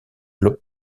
globe